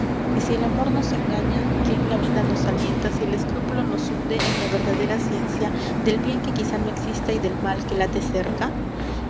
problema y si el amor nos engaña quién la vida nos alienta si el crepúsculo nos hunde en la verdadera ciencia del bien que quizá no exista y del mal que late cerca